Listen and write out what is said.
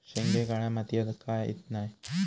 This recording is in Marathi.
शेंगे काळ्या मातीयेत का येत नाय?